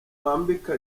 bambika